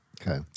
Okay